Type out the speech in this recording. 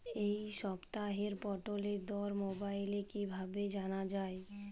এই সপ্তাহের পটলের দর মোবাইলে কিভাবে জানা যায়?